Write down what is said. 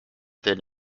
than